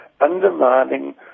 undermining